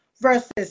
versus